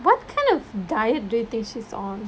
what kind of diet do you think she's on